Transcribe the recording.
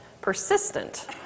persistent